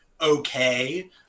okay